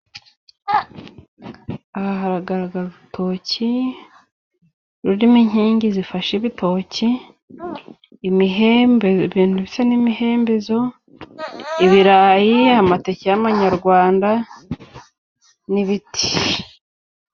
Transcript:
Aha haragaragara urutoki rurimo inkingi zifashe ibitoki imihembe ibintu bisa n'imihembezo, ibirayi, amateke y'amanyarwanda n'ibiti.